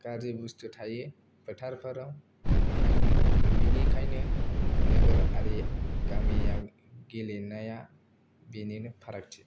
गाज्रि बुसथु थायो फोथारफोराव बिनिखायनो नोगोरारि गानियाव गेलेनाया बेनिनो फारागथि